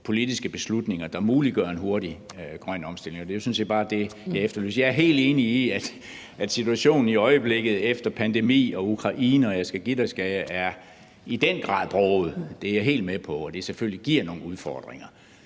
politiske beslutninger, der muliggør en hurtig grøn omstilling. Og det er sådan set bare det, jeg efterlyser. Jeg er helt enig i, at situationen i øjeblikket – efter pandemien og Ukraine, og jeg skal give dig, skal jeg – i den grad er broget. Det er jeg helt med på, og det giver selvfølgelig nogle udfordringer.